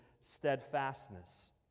steadfastness